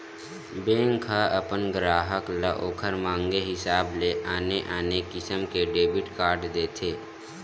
bank ह अपन गराहक ल ओखर मांगे हिसाब ले आने आने किसम के डेबिट कारड देथे